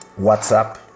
whatsapp